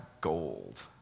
gold